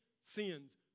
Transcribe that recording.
sins